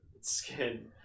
skin